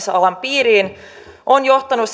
hankintalain soveltamisalan piiriin on johtanut